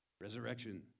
Resurrection